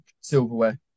Silverware